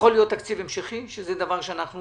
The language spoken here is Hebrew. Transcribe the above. יכול להיות תקציב המשכי, שזה דבר שאנחנו